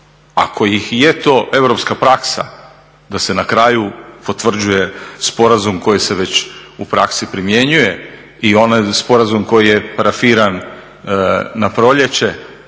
Ako je to europska praksa da se na kraju potvrđuje sporazum koji se već u praksi primjenjuje i onaj sporazum koji je parafiran na proljeće,